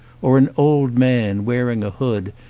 or an old man, wearing a hood,